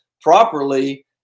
properly